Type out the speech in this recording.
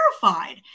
terrified